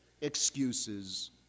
excuses